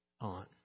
on